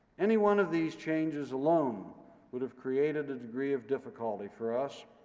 any one of these changes alone would have created a degree of difficulty for us,